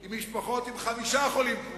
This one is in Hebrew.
על משפחות עם חמישה חולים כרוניים.